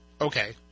Okay